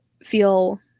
feel